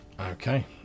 Okay